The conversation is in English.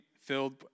filled